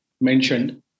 mentioned